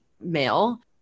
male